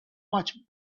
much